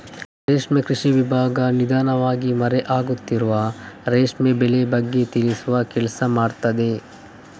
ರೇಷ್ಮೆ ಕೃಷಿ ವಿಭಾಗ ನಿಧಾನವಾಗಿ ಮರೆ ಆಗುತ್ತಿರುವ ರೇಷ್ಮೆ ಬೆಳೆ ಬಗ್ಗೆ ತಿಳಿಸುವ ಕೆಲ್ಸ ಮಾಡ್ತಿದೆ